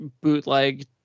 bootleg